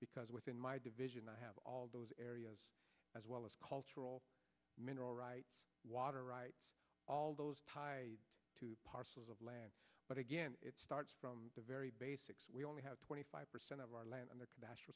because within my division i have all those areas as well as cultural mineral rights water rights all those parcels of land but again it starts from the very basics we only have twenty five percent of our land in the national